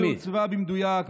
רפורמה שעוצבה במדויק,